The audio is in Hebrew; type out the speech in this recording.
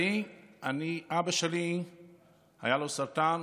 לצערי, לאבא שלי היה הרבה שנים סרטן.